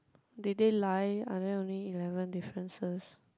did they lie are there only eleven differences